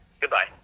Goodbye